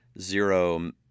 zero